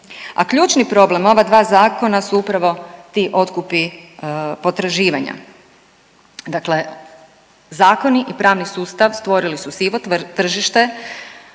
a ključni problem ova dva zakona su upravo ti otkupi potraživanja, dakle zakoni i pravni sustav stvorili su sivo tržište,